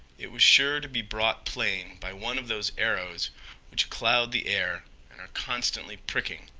it was sure to be brought plain by one of those arrows which cloud the air and are constantly pricking,